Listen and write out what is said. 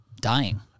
dying